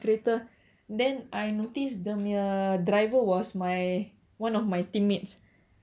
freighter then I noticed the mere driver was my one of my teammates